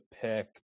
pick